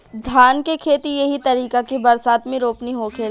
धान के खेती एही तरीका के बरसात मे रोपनी होखेला